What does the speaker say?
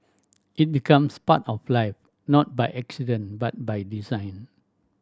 it becomes part of life not by accident but by design